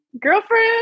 Girlfriend